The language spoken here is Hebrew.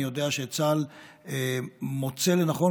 אני יודע שצה"ל מוצא לנכון,